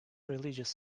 religious